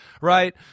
right